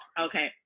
okay